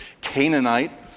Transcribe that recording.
Canaanite